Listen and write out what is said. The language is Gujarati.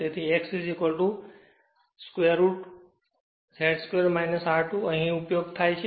તેથી X √√Z 2 R2 અહીં તેનો ઉપયોગ થાય છે